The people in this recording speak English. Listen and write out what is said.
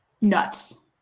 nuts